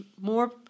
more